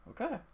okay